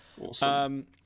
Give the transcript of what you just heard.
Awesome